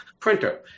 printer